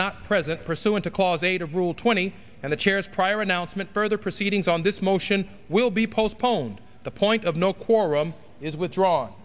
not present pursuant to clause eight of rule twenty and the chairs prior announcement further proceedings on this motion will be postponed the point of no quorum is withdraw